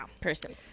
person